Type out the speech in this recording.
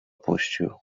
puścił